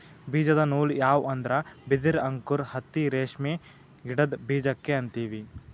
ಬೀಜದ ನೂಲ್ ಯಾವ್ ಅಂದ್ರ ಬಿದಿರ್ ಅಂಕುರ್ ಹತ್ತಿ ರೇಷ್ಮಿ ಗಿಡದ್ ಬೀಜಕ್ಕೆ ಅಂತೀವಿ